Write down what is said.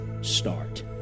start